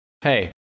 Hey